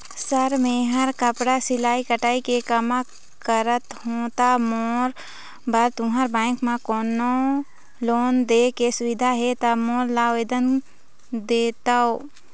Sir मेहर कपड़ा सिलाई कटाई के कमा करत हों ता मोर बर तुंहर बैंक म कोन्हों लोन दे के सुविधा हे ता मोर ला आवेदन कर देतव?